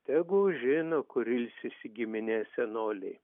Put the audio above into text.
tegu žino kur ilsisi giminės senoliai